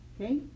okay